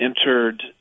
entered